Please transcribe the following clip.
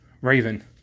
Raven